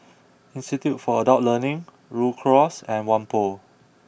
institute for Adult Learning Rhu Cross and Whampoa